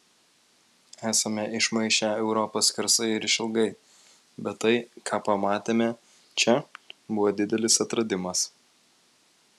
esame išmaišę europą skersai ir išilgai bet tai ką pamatėme čia buvo didelis atradimas